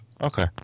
Okay